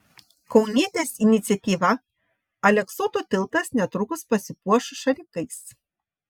kaunietės iniciatyva aleksoto tiltas netrukus pasipuoš šalikais